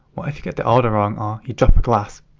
what if you get the order wrong or you drop a glass.